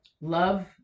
Love